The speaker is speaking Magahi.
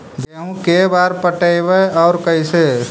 गेहूं के बार पटैबए और कैसे?